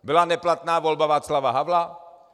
Byla neplatná volba Václava Havla?